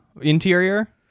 interior